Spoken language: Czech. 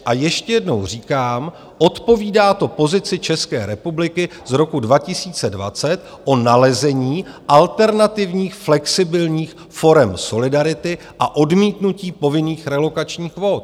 A ještě jednou říkám, odpovídá to pozici České republiky z roku 2020 o nalezení alternativních flexibilních forem solidarity a odmítnutí povinných relokačních kvót.